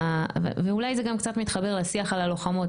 ואולי זה גם קצת מתחבר לשיח על הלוחמות,